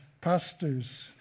pastors